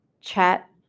chat